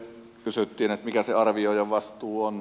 kysyttiin mikä se arvioijan vastuu on